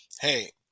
hey